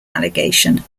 allegation